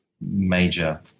major